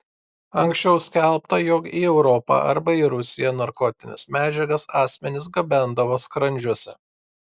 anksčiau skelbta jog į europą arba į rusiją narkotines medžiagas asmenys gabendavo skrandžiuose